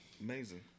amazing